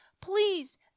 Please